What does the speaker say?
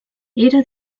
era